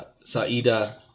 Saida